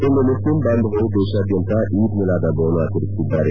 ಇಂದು Muslim ಬಾಂಧವರು ದೇಶಾದ್ಯಂತ ಈದ್ ಮಿಲಾದ್ ಹಬ್ಲವನ್ನು ಆಚರಿಸುತ್ತಿದ್ದಾರೆ